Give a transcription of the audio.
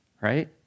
right